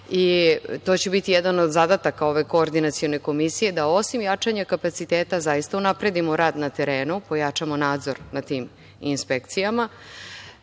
će biti jedan od zadataka ove Koordinacione komisije da osim jačanja kapaciteta, zaista unapredimo rad na terenu, pojačamo nadzor nad tim inspekcijama.